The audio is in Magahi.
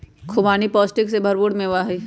खुबानी पौष्टिक से भरपूर मेवा हई